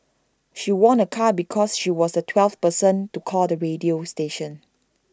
she won A car because she was the twelfth person to call the radio station